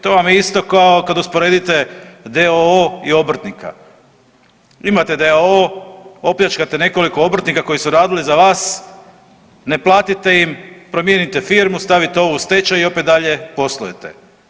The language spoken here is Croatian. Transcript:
To vam je isto kao kad usporedite d.o.o. i obrtnika, imate d.o.o. opljačkate nekoliko obrtnika koji su radili za vas, ne platite im, promijenite firmu, stavite ovu u stečaj i opet dalje poslujete.